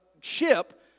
ship